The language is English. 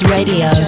Radio